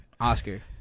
Oscar